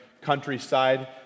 countryside